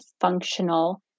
functional